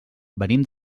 venim